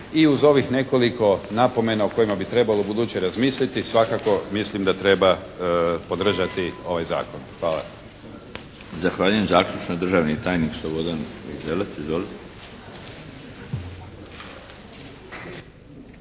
i uz ovih nekoliko napomena o kojima bi trebalo ubuduće razmisliti svakako mislim da treba podržati ovaj Zakon. Hvala.